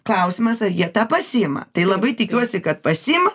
klausimas ar jie tą pasiima tai labai tikiuosi kad pasiima